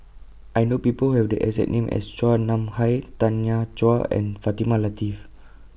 I know People Who Have The exact name as Chua Nam Hai Tanya Chua and Fatimah Lateef